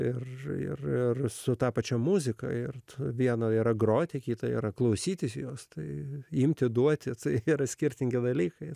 ir ir su ta pačia muzika ir vieno yra groti kitą ir klausytis jos tai imti duoti tai yra skirtingi dalykai